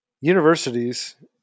Universities